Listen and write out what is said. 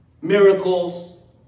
miracles